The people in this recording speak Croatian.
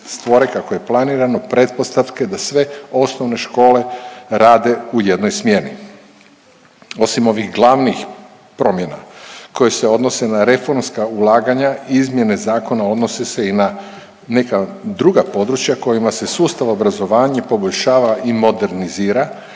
stvore kako je planirano pretpostavke da sve osnovne škole rade u jednoj smjeni. Osim ovih glavnih promjena koje se odnose na reformska ulaganja, izmjene zakona odnose se i na neka druga područja kojima se sustav obrazovanja poboljšava i modernizira,